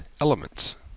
Elements